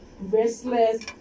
restless